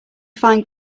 find